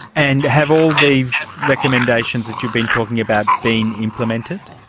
and have all these recommendations that you've been talking about being implemented?